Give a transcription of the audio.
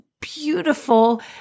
beautiful